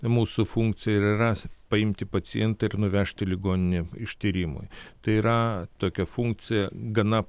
mūsų funkcija ir yra paimti pacientą ir nuvežti į ligoninę ištyrimui tai yra tokia funkcija gana